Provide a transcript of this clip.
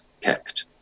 kept